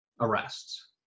arrests